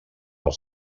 els